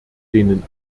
denen